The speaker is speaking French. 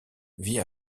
vit